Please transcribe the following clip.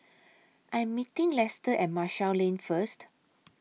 I Am meeting Lester At Marshall Lane First